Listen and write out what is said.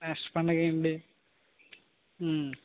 next పండుగ ఏంటి